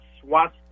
SWAT